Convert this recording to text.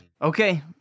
Okay